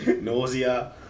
nausea